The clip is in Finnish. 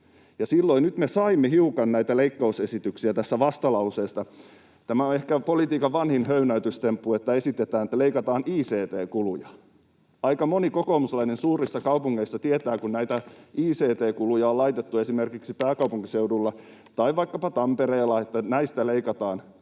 ja nyt me saimme hiukan näitä leikkausesityksiä näissä vastalauseissa. Tämä on ehkä politiikan vanhin höynäytystemppu, että esitetään, että leikataan ict-kuluja. Suurissa kaupungeissa aika moni kokoomuslainen tietää, että kun näitä ict-kuluja on esimerkiksi pääkaupunkiseudulla tai vaikkapa Tampereella laitettu sinne, että näistä leikataan,